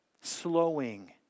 slowing